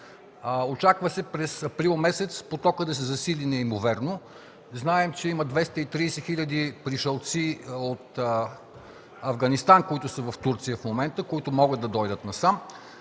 Очаква се през април месец потокът да се засили неимоверно. Знаем, че има 230 хил. пришълци от Афганистан, които са в Турция в момента, които могат да дойдат насам.